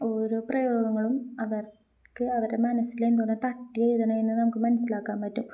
ഓരോ പ്രയോഗങ്ങളും അവർക്ക് അവരുടെ മനസ്സിലെങ്ങനെയാണ് തട്ടിയെഴുതുന്നതെന്ന് നമുക്ക് മനസ്സിലാക്കാൻ പറ്റും